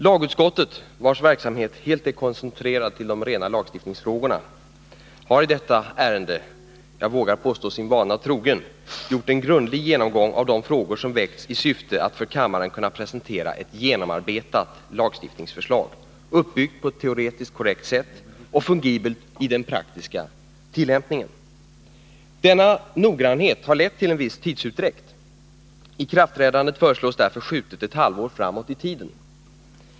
Lagutskottet, vars verksamhet helt är koncentrerad till de rena lagstiftningsfrågorna, har i detta ärende, jag vågar påstå sin vana troget, gjort en grundlig genomgång av de frågor som väckts i syfte att för kammaren kunna presentera ett genomarbetat lagstiftningsförslag, uppbyggt på ett teoretiskt korrekt sätt och väl fungerande i den praktiska tillämpningen. Denna noggrannhet har lett till en viss tidsutdräkt. Ikraftträdandet föreslås därför skjutet ett halvår framåt i tiden.